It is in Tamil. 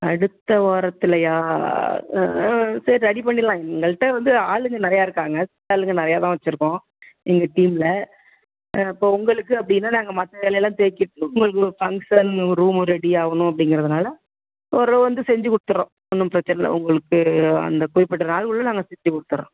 அடுத்த வாரத்துலையா சரி ரெடி பண்ணிரலாம் எங்கள்கிட்ட வந்து ஆளுங்க நிறையா இருக்காங்க சித்தாளுங்க நிறைய தான் வச்சிருக்கோம் எங்கள் டீம்மில் இப்போ உங்களுக்கு அப்படினா நாங்கள் மற்ற வேலையெல்லாம் தேய்ச்சிட் உங்களுக்கு ஃபங்க்ஷன் ரூமு ரெடியாகனு அப்படிங்கறதுனால ஒரு வந்து செஞ்சு கொடுத்துறோம் ஒன்றும் பிரச்சனைல்ல உங்களுக்கு அந்த குறிப்பிட்ட நாளுக்குள்ளே நாங்கள் செஞ்சு கொடுத்தறோம்